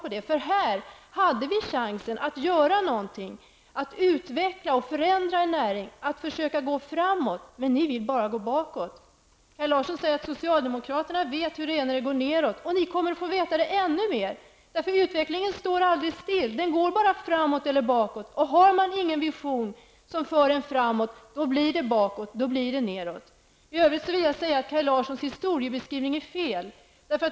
Vi hade här en chans att göra något, att utveckla och förändra en näring, att försöka gå framåt. Men ni vill bara gå bakåt. Kaj Larsson säger att socialdemokraterna vet hur det är när det går neråt. Och ni kommer att få veta det ännu mer, därför att utvecklingen aldrig står still. Den går bara framåt eller bakåt. Har man ingen vision som för en framåt, då går det bakåt och neråt. I övrigt vill jag säga att Kaj Larssons historiebeskrivning är felaktig.